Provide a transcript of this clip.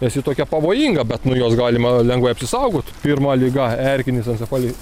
nes ji tokia pavojinga bet nuo jos galima lengvai apsisaugot pirma liga erkinis encefali